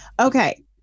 okay